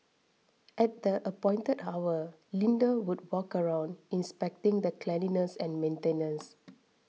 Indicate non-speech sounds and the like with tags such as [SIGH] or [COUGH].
at the appointed hour Linda would walk around inspecting the cleanliness and maintenance [NOISE]